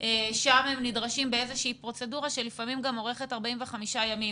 שם הם נדרשים באיזושהי פרוצדורה שלפעמים גם אורכת 45 ימים.